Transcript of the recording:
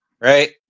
right